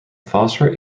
foster